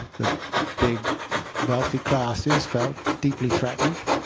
the big wealthy classes felt deeply threatened